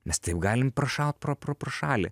mes taip galim prašaut pro pro pro šalį